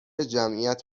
جمعیت